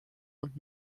und